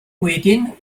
wedyn